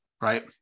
right